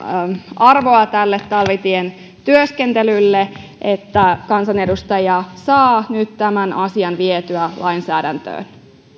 arvoa talvitien työskentelylle että kansanedustaja saa nyt tämän asian vietyä lainsäädäntöön